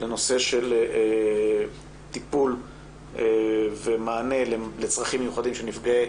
לנושא של טיפול ומענה לצרכים מיוחדים של נפגעי